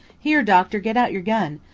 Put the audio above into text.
here, doctor, get out your gun,